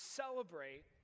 celebrate